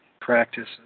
practices